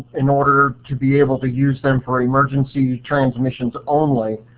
in order to be able to use them for emergency transmissions only,